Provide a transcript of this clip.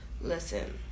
Listen